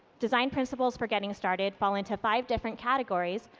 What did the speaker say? design principles for getting started fall into five different categories,